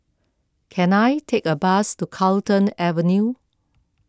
can I take a bus to Carlton Avenue